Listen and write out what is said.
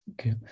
Okay